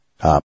up